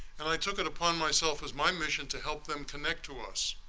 and i took it upon myself as my mission to help them connect to us.